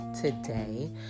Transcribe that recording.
today